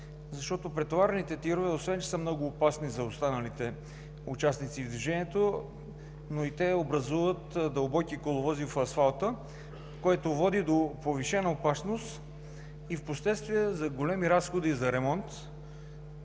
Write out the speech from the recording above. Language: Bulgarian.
защото претоварените ТИР-ове, освен че са много опасни за останалите участници в движението, но и те образуват дълбоки коловози в асфалта, което води до повишена опасност и последствия за големи разходи за ремонт,